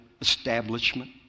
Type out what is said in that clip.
establishment